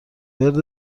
ورد